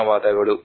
ಧನ್ಯವಾದಗಳು